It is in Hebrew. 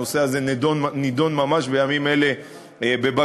הנושא הזה נדון ממש בימים אלה בבג"ץ,